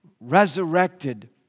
resurrected